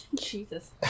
Jesus